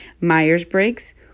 myers-briggs